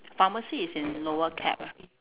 pharmacy is in lower cap ah